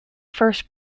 first